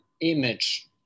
image